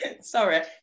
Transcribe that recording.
Sorry